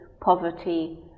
poverty